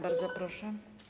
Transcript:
Bardzo proszę.